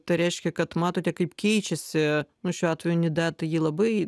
tai reiškia kad matote kaip keičiasi nu šiuo atveju nida tai ji labai